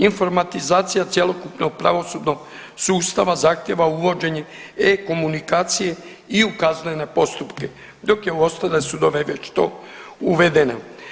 Informatizacija cjelokupnog pravosudnog sustava zahtijeva uvođenje e-komunikacije i u kaznene postupke, dok je u ostale sudove već to uvedeno.